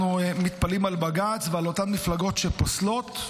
אנחנו מתפלאים על בג"ץ ועל אותן מפלגות שפוסלות.